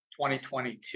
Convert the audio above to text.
2022